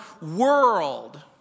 world